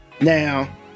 Now